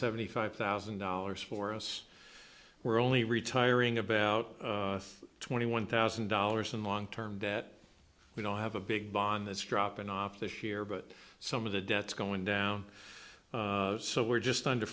seventy five thousand dollars for us we're only retiring about twenty one thousand dollars in long term debt we don't have a big bond that's dropping off this year but some of the debts going down so we're just under